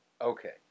Okay